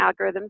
algorithms